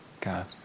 God